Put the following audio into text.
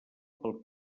pel